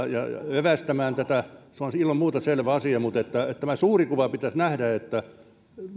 evästämään tätä se on ilman muuta selvä asia mutta tämä suuri kuva pitäisi nähdä